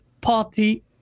party